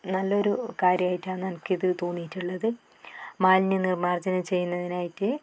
നല്ലൊരു കാര്യമായിട്ടാണ് എനിക്കിത് തോന്നിയിട്ടുള്ളത് മാലിന്യനിർമാർജ്ജനം ചെയ്യുന്നതിനായിട്ട്